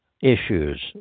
issues